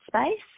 space